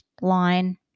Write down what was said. line